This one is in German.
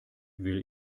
will